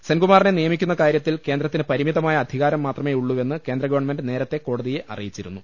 സെൻകുമാറിനെ നിയമിക്കുന്ന കാര്യത്തിൽ കേന്ദ്രത്തിന് പരിമിതമായ അധികാരം മാത്രമേയുള്ളൂ വെന്ന് കേന്ദ്ര ഗവൺമെന്റ് നേരത്തെ കോടതിയെ അറിയിച്ചിരുന്നു